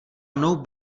mnou